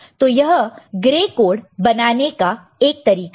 तो यह grey code बनाने का एक तरीका है